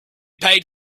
paid